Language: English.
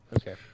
okay